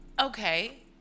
Okay